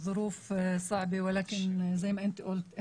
הנסיבות קשות אבל כמו שאתה אמרת,